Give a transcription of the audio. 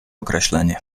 określenie